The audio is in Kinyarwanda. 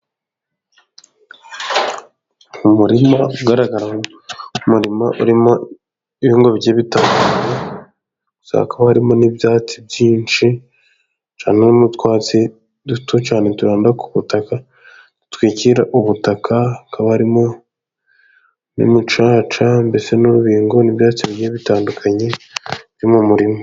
Mu murima ugaragara, umurima urimo ibihingwa bigiye bitandukanye, ndetse hakaba harimo n'ibyatsi byinshi cyane, n'utwatsi duto cyane turanda ku butaka dutwikira ubutaka, hakaba harimo n'imicaca mbese n'urubingo n'ibyatsi bitandukanye byo mu murima.